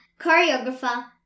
choreographer